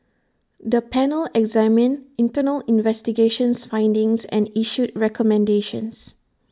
the panel examined internal investigations findings and issued recommendations